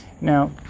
Now